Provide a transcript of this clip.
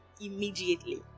immediately